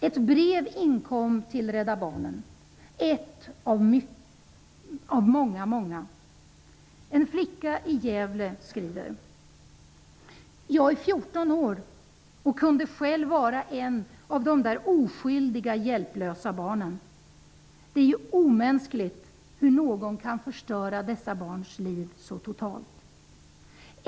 Ett brev inkom till Rädda barnen, ett av många, många. En flicka i Gävle skriver: Jag är 14 år och kunde själv vara en av de där oskyldiga, hjälplösa barnen. Det är ju omänskligt hur någon kan förstöra dessa barns liv så totalt.